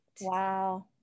Wow